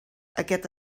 aquest